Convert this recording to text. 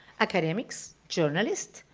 academics, journalists,